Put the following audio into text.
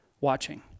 watching